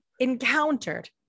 encountered